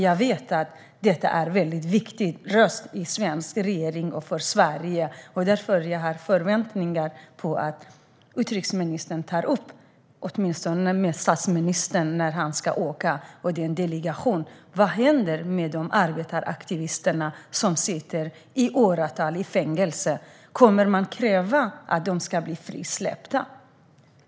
Jag vet att detta är viktigt för Sveriges regering och för Sverige, och därför har jag förväntningar på att utrikesministern med statsministern och den delegation som ska åka tar upp frågan om de arbetaraktivister som sitter åratal i fängelse. Kommer man att kräva att de ska blir frisläppta?